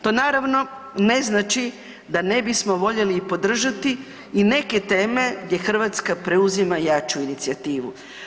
To naravno ne znači da ne bismo voljeli i podržati i neke teme gdje Hrvatska preuzima jaču inicijativu.